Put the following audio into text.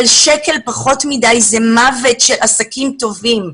אבל שקל פחות מדי, זה מוות של עסקים טובים.